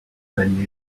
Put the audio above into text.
menu